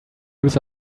use